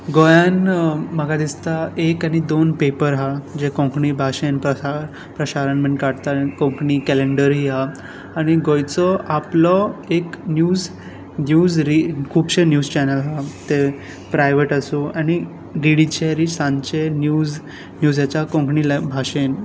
गोंयांन म्हाका दिसता एक आनी दोन पेपर आसा जे कोंकणी भाशेंत आसा प्रशारमेंट काडटा कोंकणी कॅलेंडरूय आसा आनी गोंयचो आपलो एक न्यूज न्यूज रिड खुबशे न्यूज चॅनल ते प्रायवेट आसू आनी बिडीचेरूय सांचे न्यूज येता कोंकणी भाशेंन